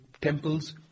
temples